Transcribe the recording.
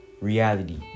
Reality